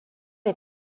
est